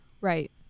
Right